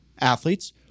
athletes